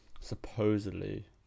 supposedly